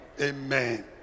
Amen